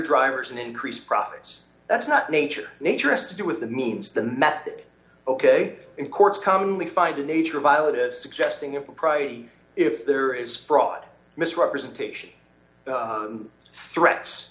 drivers and increase profits that's not nature nature is to do with the means the method ok in courts commonly find in nature violet is suggesting impropriety if there is fraud misrepresentation threats